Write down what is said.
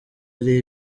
ari